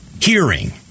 hearing